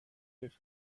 cliff